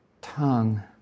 tongue